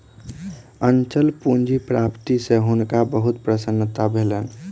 अचल पूंजी प्राप्ति सॅ हुनका बहुत प्रसन्नता भेलैन